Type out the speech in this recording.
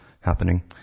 happening